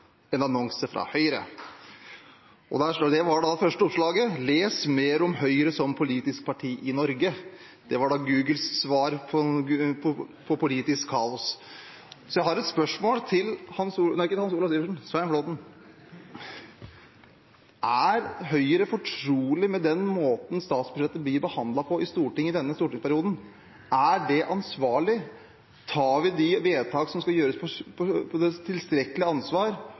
En annonse fra Høyre – og der var det første oppslaget: Les mer om Høyre som politisk parti i Norge. Det var Googles svar på «politisk kaos». Så jeg har et spørsmål til Svein Flåtten. Er Høyre fortrolig med den måten statsbudsjettet blir behandlet på i Stortinget i denne stortingsperioden? Er det ansvarlig? Tar vi de vedtak som skal fattes med tilstrekkelig ansvar,